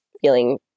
feeling